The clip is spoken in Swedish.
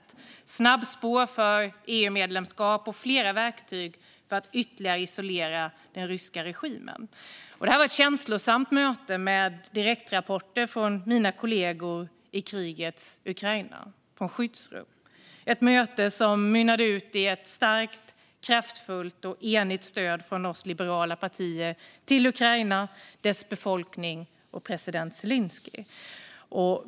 Det handlar om snabbspår för EU-medlemskap och flera verktyg för att ytterligare isolera den ryska regimen. Det var ett känslosamt möte med direktrapporter från mina kollegor i krigets Ukraina i skyddsrum. Det var ett möte som mynnade ut i ett starkt, kraftfullt och enigt stöd från oss liberala partier till Ukraina, dess befolkning och president Zelenskyj.